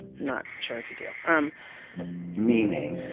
not sure if you do. um meaning?